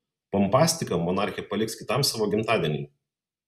pompastiką monarchė paliks kitam savo gimtadieniui